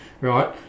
right